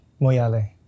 Moyale